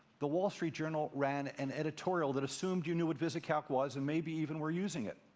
the wall street journal ran an editorial that assumed you knew what visicalc was and maybe even were using it.